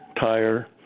tire